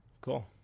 Cool